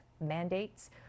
mandates